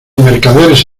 mercaderes